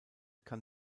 kann